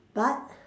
but